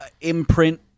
imprint